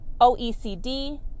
OECD